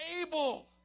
able